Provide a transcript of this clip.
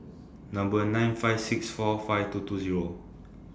Number nine five six four five two two Zero